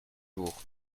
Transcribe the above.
jours